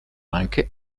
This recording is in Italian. anche